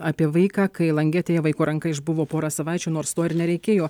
apie vaiką kai langetėje vaiko ranka išbuvo porą savaičių nors to ir nereikėjo